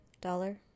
dollar